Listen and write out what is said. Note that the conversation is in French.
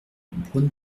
braun